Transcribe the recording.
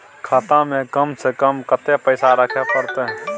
खाता में कम से कम कत्ते पैसा रखे परतै?